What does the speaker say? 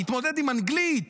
להתמודד עם אנגלית,